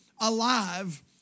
alive